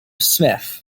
smith